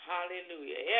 Hallelujah